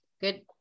Good